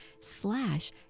slash